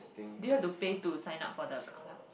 do you have to pay to sign up for the club